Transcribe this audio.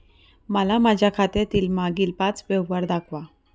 मला माझ्या खात्यातील मागील पांच व्यवहार दाखवा